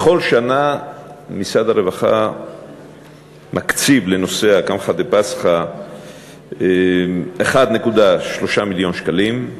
בכל שנה משרד הרווחה מקציב לנושא קמחא דפסחא 1.3 מיליון שקלים,